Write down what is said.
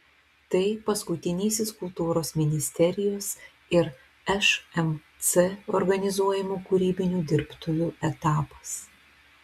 tai paskutinysis kultūros ministerijos ir šmc organizuojamų kūrybinių dirbtuvių etapas